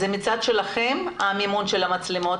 זה מהצד שלכם המימון של המצלמות,